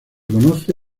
conoce